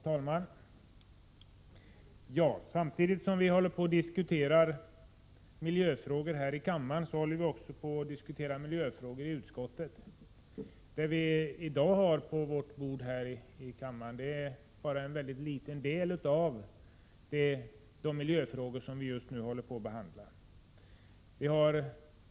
Herr talman! Samtidigt som vi här i kammaren diskuterar miljöfrågor håller vi också i utskottet på att diskutera miljöfrågor. Det ärende som i dag ligger på kammarens bord är bara en liten del av de aktuella miljöfrågorna.